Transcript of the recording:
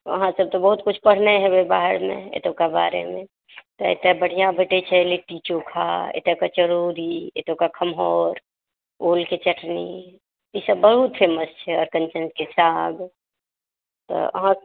अहाँ सभ तऽ बहुत किछु पढ़ने हेबै बाहरमे एतुका बारेमे तऽ एतै बढ़िऑं भेटै छै लिट्टी चोखा एतुका चरौड़ी एतुका खम्हाउर ओलके चटनी ई सभ बहुत फेमस छै एतऽ अरकंचनके साग तऽ अहाँ